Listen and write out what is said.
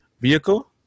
vehicle